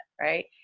right